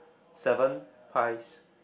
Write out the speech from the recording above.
seven pies